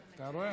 אתה רואה?